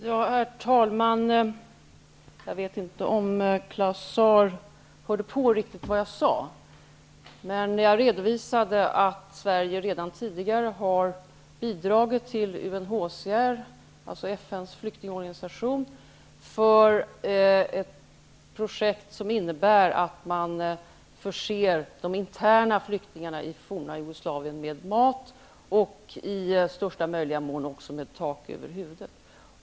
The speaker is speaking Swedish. Herr talman! Jag vet inte om Claus Zaar lyssnade på vad jag sade. Jag redovisade att Sverige redan tidigare har bidragit till UNHCR:s -- alltså FN:s flyktingkommissions -- projekt, som innebär att man förser de interna flyktingarna i det forna Jugoslavien med mat och i största möjliga utsträckning också med tak över huvudet.